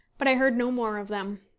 but i heard no more of them.